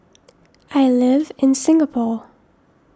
I live in Singapore